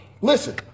Listen